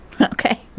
Okay